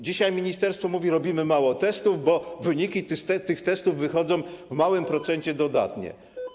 Dzisiaj ministerstwo stwierdza: robimy mało testów, bo wyniki tych testów wychodzą w małym procencie dodatnie.